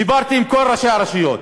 דיברתי עם כל ראשי הרשויות.